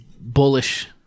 bullish –